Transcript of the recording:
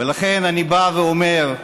ולכן אני בא ואומר: